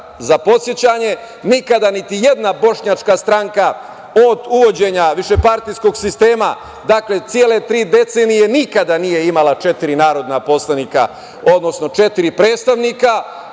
podsećanje, nikada niti jedna bošnjačka stranka od uvođenja višepatrijskog sistema, dakle cele tri decenije nikada nije imala četiri narodna poslanika, odnosno četiri predstavnika,